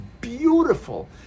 beautiful